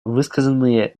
высказанные